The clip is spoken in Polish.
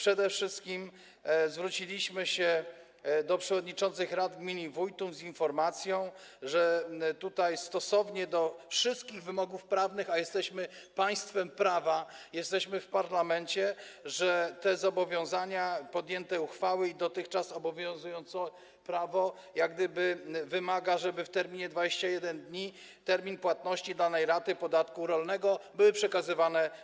Zwróciliśmy się do przewodniczących rad gmin i wójtów z informacją, że stosownie do wszystkich wymogów prawnych, a jesteśmy państwem prawa, jesteśmy w parlamencie, te zobowiązania, podjęte uchwały i dotychczas obowiązujące prawo jak gdyby wymagają, żeby w terminie 21 dni, tj. w terminie płatności danej raty podatku rolnego, te środki były przekazywane.